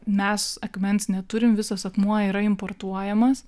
mes akmens neturim visos akmuo yra importuojamas